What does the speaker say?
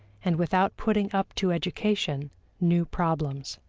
and without putting up to education new problems.